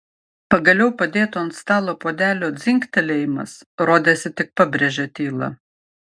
pagaliau padėto ant stalo puodelio dzingtelėjimas rodėsi tik pabrėžė tylą